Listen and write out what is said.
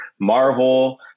Marvel